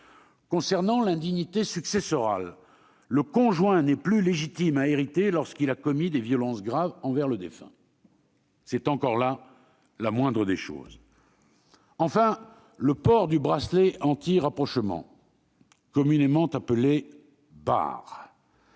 de l'indignité successorale, le conjoint ne sera plus légitime à hériter lorsqu'il a commis des violences graves envers le défunt. Là encore, c'est la moindre des choses. Enfin, le port du bracelet anti-rapprochement, communément appelé BAR,